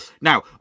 Now